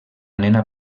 nena